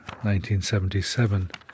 1977